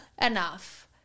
enough